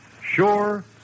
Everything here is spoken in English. sure